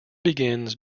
begins